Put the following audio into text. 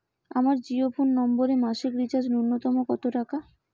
আমার জিও ফোন নম্বরে মাসিক রিচার্জ নূন্যতম কত টাকা?